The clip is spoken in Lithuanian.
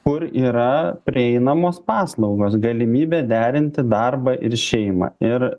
kur yra prieinamos paslaugos galimybė derinti darbą ir šeimą ir